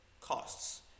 costs